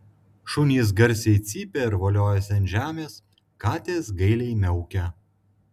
šunys garsiai cypia ir voliojasi ant žemės katės gailiai miaukia